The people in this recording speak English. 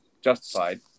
Justified